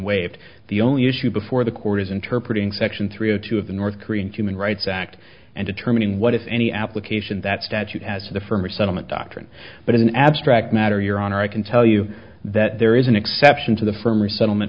waived the only issue before the court is interpreted in section three zero two of the north korean human rights act and determining what if any application that statute has for the for resettlement doctrine but in an abstract matter your honor i can tell you that there is an exception to the firm resettlement